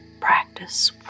practice